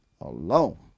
alone